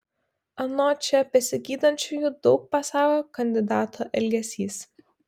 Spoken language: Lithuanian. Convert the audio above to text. anot čia besigydančiųjų daug pasako kandidato elgesys